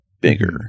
bigger